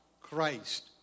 Christ